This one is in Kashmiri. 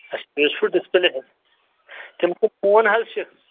اَسہِ ڈِسپٕلےَ تَمہِ کُے فون حظ چھُ